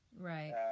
Right